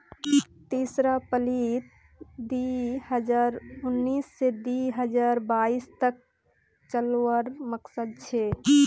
तीसरा पालीत दी हजार उन्नीस से दी हजार बाईस तक चलावार मकसद छे